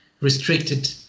restricted